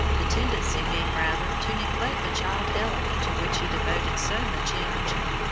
the tendency being rather to neglect the child element to which he devoted so much energy.